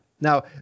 Now